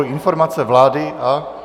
Informace vlády o...